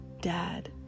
Dad